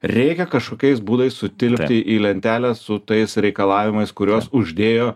reikia kažkokiais būdais sutilpti į lentelę su tais reikalavimais kuriuos uždėjo